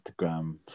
instagram